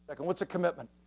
and what's a commitment?